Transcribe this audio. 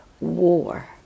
war